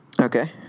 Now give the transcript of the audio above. Okay